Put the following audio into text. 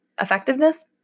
effectiveness